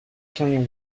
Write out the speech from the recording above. canyon